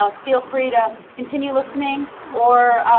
ah feel free to continue listening, or,